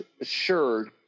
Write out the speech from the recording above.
assured